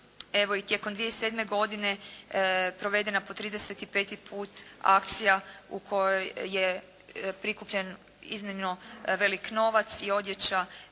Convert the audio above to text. tijekom 2007. godine provedena po 35 put akcija u kojoj je prikupljen iznimno velik novac i odjeća